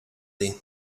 değil